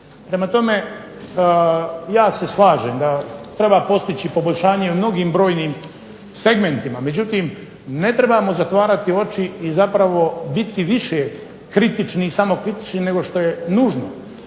Prema tome, ja se slažem da treba postići poboljšanje i u mnogim brojnim segmentima. Međutim, ne trebamo zatvarati oči i zapravo biti više kritični i samokritični nego što je nužno.